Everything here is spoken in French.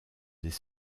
des